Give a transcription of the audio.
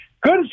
Good